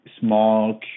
small